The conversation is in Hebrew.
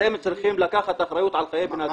אתם צריכים לקחת אחריות על חיי בני אדם.